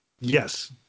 Yes